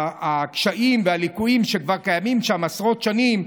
הקשיים והליקויים שכבר קיימים שם עשרות שנים,